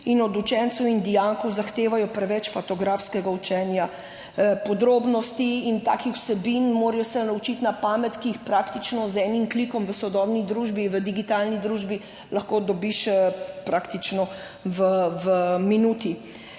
in od učencev in dijakov zahtevajo preveč fotografskega učenja podrobnosti in takih vsebin, morajo se naučiti na pamet, ki jih praktično z enim klikom v sodobni družbi, v digitalni družbi lahko dobiš praktično v minuti.